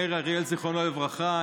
מאיר אריאל, זיכרונו לברכה.